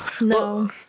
no